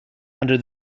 under